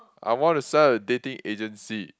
I want to sign up a dating agency